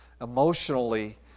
emotionally